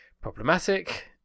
problematic